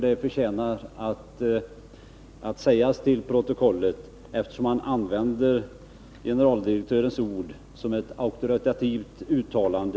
Det förtjänar att sägas och tas till protokollet, eftersom man i helt motsatt syfte använde generaldirektörens ord som ett auktoritativt uttalande.